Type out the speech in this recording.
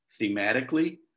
thematically